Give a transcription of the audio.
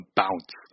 bounce